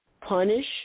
punish